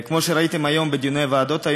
כמו שראיתם היום בדיוני הוועדות,